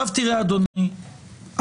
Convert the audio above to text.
תראה אדוני,